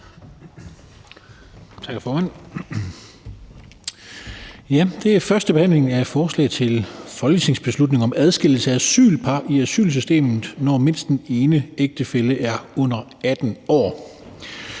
førstebehandler forslag til folketingsbeslutning om adskillelse af asylpar i asylsystemet, når mindst den ene ægtefælle er under 18 år.